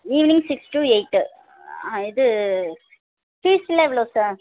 evening six to eight இது ஃபீஸெலாம் எவ்வளோ சார்